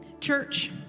Church